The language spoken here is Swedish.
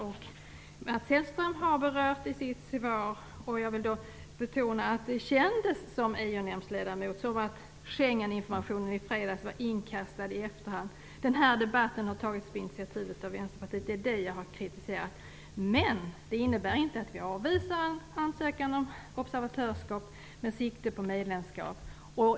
Mats Hellström har berört det i sitt svar. Som EU nämndsledamot kändes det för mig som att Schengeninformationen i fredags var inkastad i efterhand. Den här debatten har tagits på Vänsterpartiets initiativ. Det är det som jag har kritiserat. Men det innebär inte att vi avvisar en ansökan om observatörsskap med sikte på medlemskap.